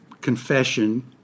confession